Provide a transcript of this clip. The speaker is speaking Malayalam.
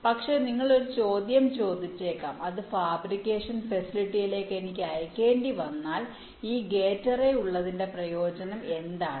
പക്ഷേ നിങ്ങൾ ചോദ്യം ചോദിച്ചേക്കാം അത് ഫാബ്രിക്കേഷൻ ഫെസിലിറ്റിയിലേക്ക് എനിക്ക് അയയ്ക്കേണ്ടിവന്നാൽ ഈ ഗേറ്റ് അറേ ഉള്ളതിന്റെ പ്രയോജനം എന്താണ്